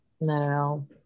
No